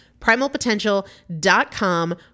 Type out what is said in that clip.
Primalpotential.com